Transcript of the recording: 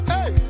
Hey